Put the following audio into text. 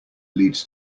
leads